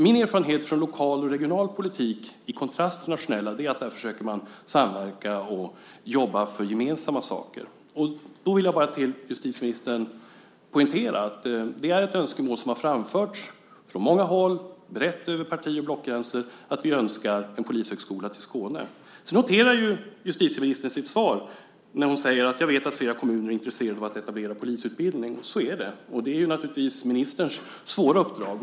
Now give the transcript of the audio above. Min erfarenhet från lokal och regional politik, i kontrast till den nationella, är att man där försöker samverka och jobba för gemensamma saker. Då vill jag bara poängtera för justitieministern att ett önskemål som har framförts från många håll, brett över parti och blockgränser, är att vi ska få en polishögskola till Skåne. Justitieministern noterar detta i sitt svar, när hon säger att "jag vet att flera kommuner är intresserade av att etablera polisutbildning". Så är det. Det är naturligtvis ministerns svåra uppdrag.